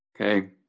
Okay